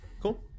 Cool